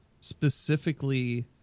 specifically